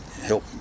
help